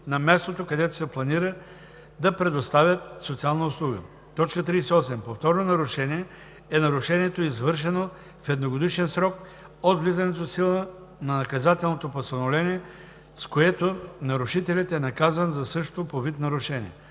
на мястото, където се планира да предоставят социална услуга. 38. „Повторно нарушение“ е нарушението, извършено в едногодишен срок от влизането в сила на наказателното постановление, с което нарушителят е наказан за същото по вид нарушение.